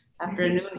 afternoon